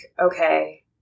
okay